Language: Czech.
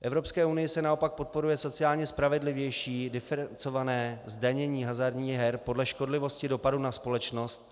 V Evropské unii se naopak podporuje sociálně spravedlivější diferencované zdanění hazardních her podle škodlivosti dopadu na společnost.